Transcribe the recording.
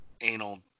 Anal